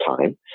time